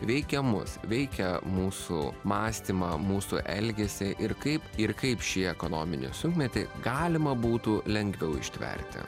veikia mus veikia mūsų mąstymą mūsų elgesį ir kaip ir kaip šį ekonominį sunkmetį galima būtų lengviau ištverti